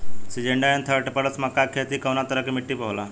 Syngenta NK thirty plus मक्का के के खेती कवना तरह के मिट्टी पर होला?